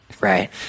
Right